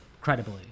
credibly